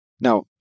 Now